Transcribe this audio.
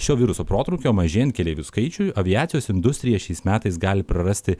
šio viruso protrūkio mažėjan keleivių skaičiui aviacijos industrija šiais metais gali prarasti